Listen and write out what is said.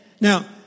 Now